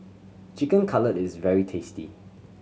Chicken Cutlet is very tasty